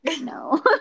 no